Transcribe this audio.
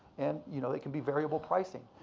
and you know they can be variable pricing.